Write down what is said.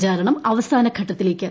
പ്രചാരണം അവസാന ഘട്ടത്തിലേക്ക്